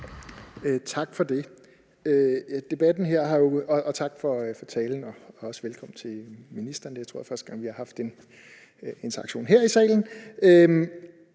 Tak for det, tak for talen, og også velkommen til ministeren. Jeg tror, det er første gang, at vi har haft en interaktion her i salen.